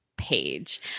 page